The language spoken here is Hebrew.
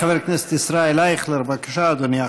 חבר הכנסת ישראל אייכלר, בבקשה, אדוני.